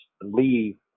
leave